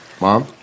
Mom